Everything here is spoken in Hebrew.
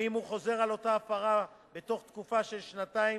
ואם הוא חוזר על אותה הפרה בתוך תקופה של שנתיים,